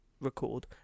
record